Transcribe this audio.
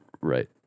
Right